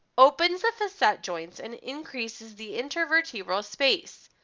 opens the facet joints and increases the intervertebral space,